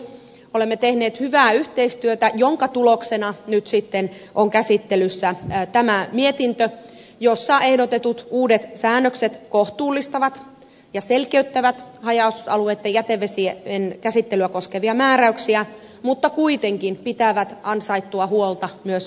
olemme tehneet hyvää yhteistyötä jonka tuloksena nyt sitten on käsittelyssä tämä mietintö jossa ehdotetut uudet säännökset kohtuullistavat ja selkeyttävät haja asutusalueitten jätevesien käsittelyä koskevia määräyksiä mutta kuitenkin pitävät ansaittua huolta myös ympäristön tilasta